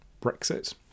Brexit